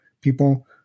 people